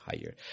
higher